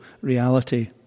reality